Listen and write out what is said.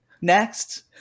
Next